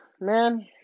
man